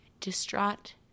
distraught